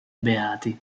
beati